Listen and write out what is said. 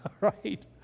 right